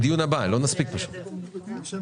אני חייבת